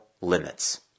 limits